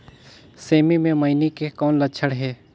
सेमी मे मईनी के कौन लक्षण हे?